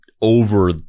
over